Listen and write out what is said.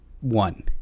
One